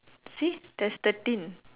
see there's thirteen